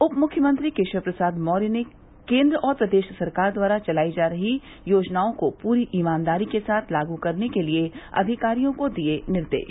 उप मुख्यमंत्री केशव प्रसाद मौर्य ने केन्द्र और प्रदेश सरकार द्वारा चलाई जा रही योजनाओं को पूरी ईमानदारी के साथ लागू करने के लिए अधिकारियों को दिये निर्देश